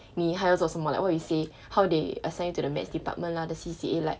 你还有做什么 like what you say how they assign you to the maths department lah the C_C_A like